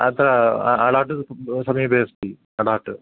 अत्र अडाट् समीपे अस्ति अडाट्